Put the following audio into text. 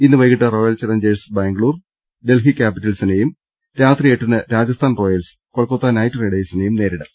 ഇന്ന് വൈകിട്ട് royal challengers Bangalore Delhi ക്യാപിറ്റൽസിനെയും രാത്രി എട്ടിന് രാജസ്ഥാൻ റോയൽസ് കൊൽക്കത്ത നൈറ്റ് റൈഡേഴ്സിനെയും നേരിടും